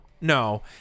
No